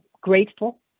grateful